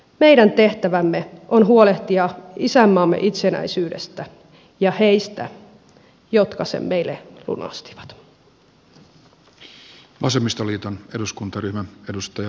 meidän tehtävämme on huolehtia isänmaamme itsenäisyydestä ja heistä jotka sen meille lunastivat